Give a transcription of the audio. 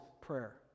prayer